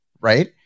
Right